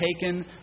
taken